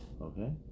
Okay